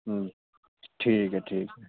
ہوں ٹھیک ہے ٹھیک ہے